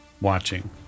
watching